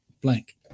blank